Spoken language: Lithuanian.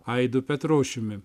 aidu petrošiumi